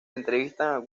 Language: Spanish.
entrevistan